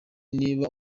niba